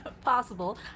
possible